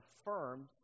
affirmed